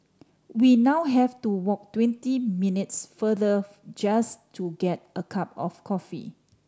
we now have to walk twenty minutes farther just to get a cup of coffee